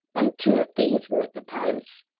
and two of these were at the palace.